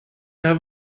have